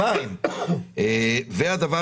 ואם יש,